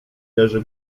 leży